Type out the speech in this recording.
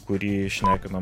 kurį šnekino